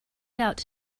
out